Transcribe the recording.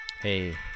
Hey